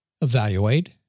evaluate